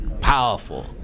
Powerful